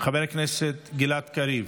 חבר הכנסת גלעד קריב,